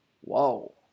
Whoa